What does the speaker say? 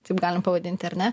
taip galim pavadinti ar ne